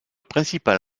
principal